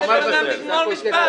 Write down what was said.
תן לגמור משפט.